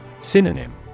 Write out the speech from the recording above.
Synonym